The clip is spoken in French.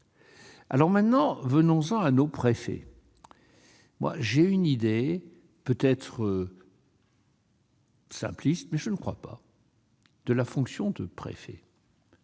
sujets. Venons-en à nos préfets. J'ai une idée, peut-être simpliste- mais je ne crois pas -, de la fonction de préfet.